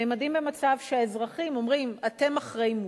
נעמדים במצב שהאזרחים אומרים: אתם אחראים מולי,